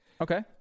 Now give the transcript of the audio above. Okay